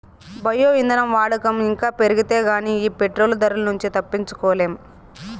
bio ఇంధనం వాడకం ఇంకా పెరిగితే గానీ ఈ పెట్రోలు ధరల నుంచి తప్పించుకోలేం